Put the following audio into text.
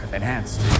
enhanced